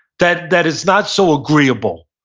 that that is not so agreeable,